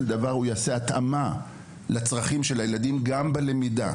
דבר הוא יעשה התאמה לצרכים של הילדים גם בלמידה.